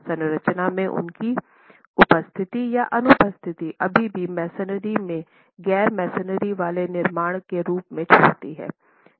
संरचना में उनकी उपस्थिति या अनुपस्थिति अभी भी मैसनरी में गैर मैसनरी वाले निर्माण के रूप में छोड़ती है